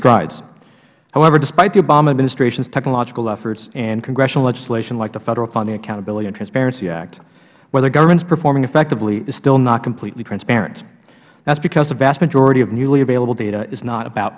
strides however despite the obama administrations technological efforts and congressional legislation like the federal funding accountability and transparency act whether government is performing effectively is still not completely transparent that is because the vast majority of newly available data is not about